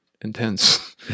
intense